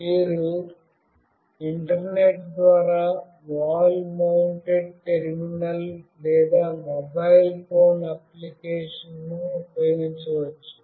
మీరు ఇంటర్నెట్ ద్వారా wall mounted terminal లేదా మొబైల్ ఫోన్ అప్లికేషన్ను ఉపయోగించవచ్చు